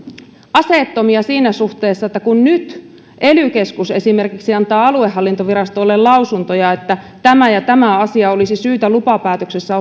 aseettomia siinä suhteessa että kun nyt ely keskus esimerkiksi antaa aluehallintovirastoille lausuntoja että tämä ja tämä asia olisi syytä lupapäätöksessä